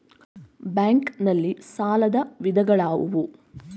Bank ನಲ್ಲಿ ಸಾಲದ ವಿಧಗಳಾವುವು?